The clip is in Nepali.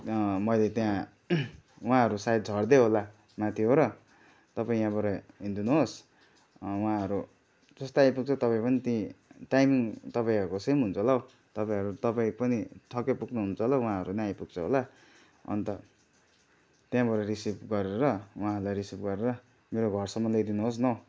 मैले त्यहाँ उहाँहरू सायद झर्दै होला माथिबाट तपाईँ यहाँबाट हिड्दिनुहोस् उहाँहरू जस्तो आइपुग्छ तपाईँ पनि त्यहीँ टाइमिङ तपाईँहरू को सेम हुन्छ होला हौ तपाईँहरू तपाईँ पनि ठक्कै पुग्नु हुन्छ होला उहाँहरू पनि आइपुग्छ होला अन्त त्यहाँबाट रिसिभ गरेर उहाँलाई रिसिभ गरेर मेरो घरसम्म ल्याइदिनुहोस् न हौ